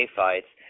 fights